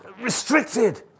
restricted